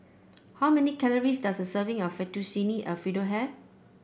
how many calories does a serving of Fettuccine Alfredo have